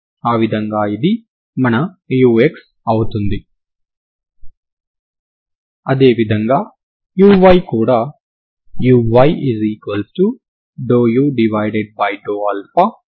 మీరు ఈ ప్రారంభ విలువ కలిగిన సమస్యను సెమీ ఇన్ఫినిటీ డొమైన్ లోని x 0 వద్ద సరిహద్దు వున్న సమస్యతో భర్తీ చేసినా కూడా ఇదే రుజువు పనిచేస్తుంది